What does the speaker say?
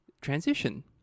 transition